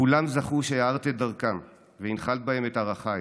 כולם זכו שהארת את דרכם והנחלת בהם את ערכייך,